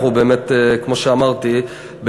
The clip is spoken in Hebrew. כמו שאמרתי,